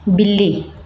ਬਿੱਲੀ